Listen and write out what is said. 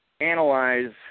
analyze